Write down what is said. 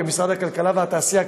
משרד הכלכלה והתעשייה,